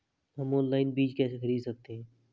हम ऑनलाइन बीज कैसे खरीद सकते हैं?